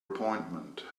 appointment